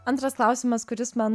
antras klausimas kuris man